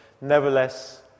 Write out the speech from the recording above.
Nevertheless